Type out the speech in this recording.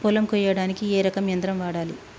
పొలం కొయ్యడానికి ఏ రకం యంత్రం వాడాలి?